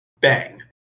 Bang